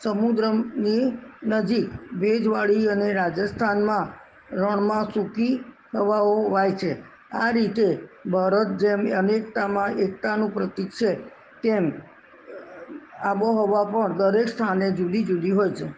સમુદ્રની નજીક ભેજવાળી અને રાજસ્થાનમાં રણમાં સૂકી હવાઓ વાય છે આ રીતે ભારત જેમ અનેકતામાં એકતાનું પ્રતિક છે તેમ આબોહવા પણ દરેક સ્થાને જુદી જુદી હોય છે